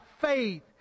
faith